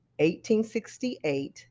1868